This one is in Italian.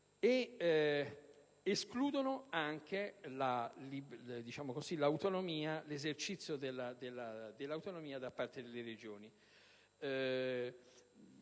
ed esclude l'esercizio dell'autonomia da parte delle Regioni.